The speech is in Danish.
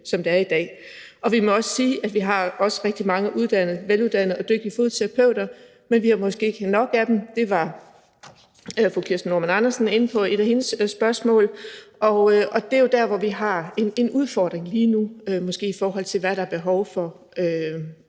tilfældet i dag. Og vi må sige, at vi også har rigtig mange veluddannede og dygtige fodterapeuter, men vi har måske ikke nok af dem – det var fru Kirsten Normann Andersen inde på i et af sine spørgsmål. Det er jo der, hvor vi lige nu måske har en udfordring, i forhold til hvad der er behov for,